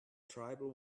tribal